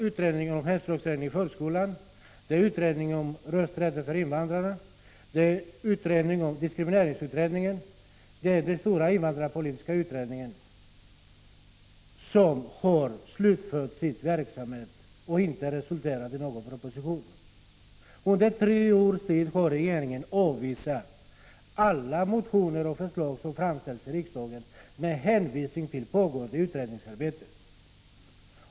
Utredningen om hemspråksträning i förskolan, utredningen om rösträtt för invandrarna, diskrimineringsutredningen och den stora invandrarpolitiska utredningen är alltså slutförda, men de har inte resulterat i någon proposition. Under tre års tid har regeringen avvisat alla motioner och förslag som lagts fram i riksdagen med hänvisning till pågående utredningsarbete.